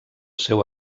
seu